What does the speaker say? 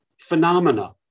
Phenomena